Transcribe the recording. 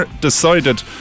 decided